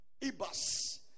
Ibas